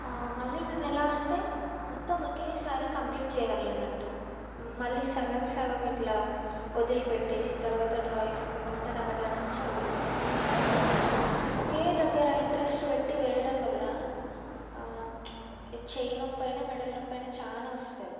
మళ్ళీ నేను ఎలా అంటే మొత్తం ఒకేసారి కంప్లీట్ చేయాలి అన్నట్టు మళ్ళీ సగం సగం ఇట్లా వదిలి పెట్టేసి తర్వాత డ్రా చేసుకుందాం అంటే నాకు అట్లా నచ్చదు నేను అందుకనే ఒకే దగ్గర ఇంట్రెస్ట్ పెట్టి వేయడం వల్ల చేయి నొప్పి అయినా మెడల నొప్పి అయినా చాలా వస్తుంది